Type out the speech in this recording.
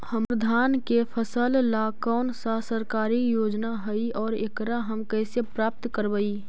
हमर धान के फ़सल ला कौन सा सरकारी योजना हई और एकरा हम कैसे प्राप्त करबई?